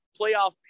playoff